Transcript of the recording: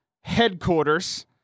headquarters